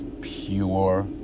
pure